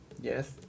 Yes